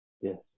Yes